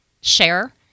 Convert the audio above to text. share